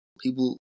people